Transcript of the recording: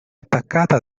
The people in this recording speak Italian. attaccata